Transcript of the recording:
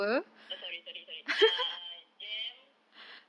oh sorry sorry sorry uh JEM